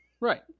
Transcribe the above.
Right